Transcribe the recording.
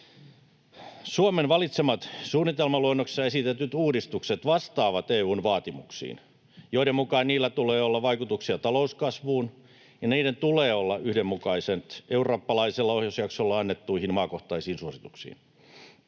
Suomen valitsemat suunnitelmaluonnoksessa esitetyt uudistukset vastaavat EU:n vaatimuksiin, joiden mukaan niillä tulee olla vaikutuksia talouskasvuun ja niiden tulee olla yhdenmukaiset eurooppalaisella ohjausjaksolla annettuihin maakohtaisiin suosituksiin.